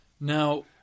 Now